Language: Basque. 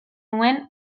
nuen